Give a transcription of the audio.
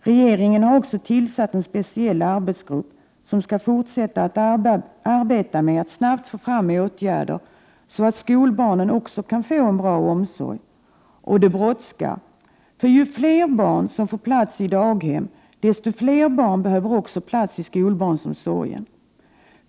Regeringen har också tillsatt en speciell arbetsgrupp som skall fortsätta att arbeta med att snabbt få fram åtgärder, så att skolbarnen också kan få en bra omsorg, och det brådskar, för ju fler barn som får plats i daghem desto fler behöver också plats i skolbarnsomsorgen.